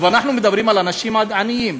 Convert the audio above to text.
ואנחנו מדברים על אנשים עניים.